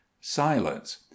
silence